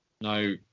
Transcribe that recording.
no